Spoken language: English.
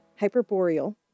Hyperboreal